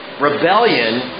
Rebellion